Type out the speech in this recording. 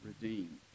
redeemed